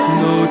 no